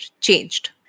changed